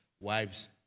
wives